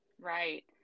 Right